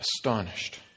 astonished